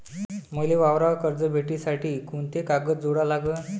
मले वावरावर कर्ज भेटासाठी कोंते कागद जोडा लागन?